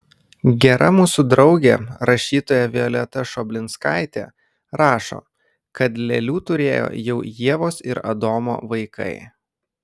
gera mūsų draugė rašytoja violeta šoblinskaitė rašo kad lėlių turėjo jau ievos ir adomo vaikai